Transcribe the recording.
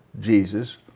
Jesus